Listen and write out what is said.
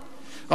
רבותי,